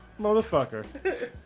motherfucker